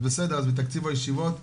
אז, בסדר, אז בתקציב הישיבות פגעו,